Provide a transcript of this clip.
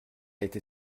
été